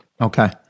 Okay